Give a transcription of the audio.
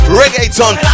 reggaeton